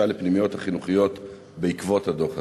לפנימיות החינוכיות בעקבות הדוח הזה?